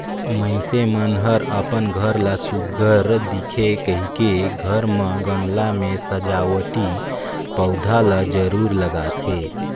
मइनसे मन हर अपन घर ला सुग्घर दिखे कहिके घर म गमला में सजावटी पउधा ल जरूर लगाथे